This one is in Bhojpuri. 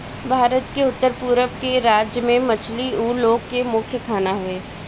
भारत के उत्तर पूरब के राज्य में मछली उ लोग के मुख्य खाना हवे